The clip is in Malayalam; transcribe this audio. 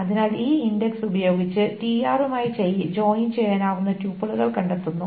അതിനാൽ ഈ ഇൻഡെക്സ് ഉപയോഗിച്ച് tr മായി ജോയിൻ ചെയ്യാനാവുന്ന ട്യൂപ്പിളുകൾ കണ്ടെത്തുന്നു